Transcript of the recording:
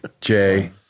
Jay